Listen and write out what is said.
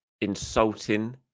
insulting